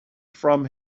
from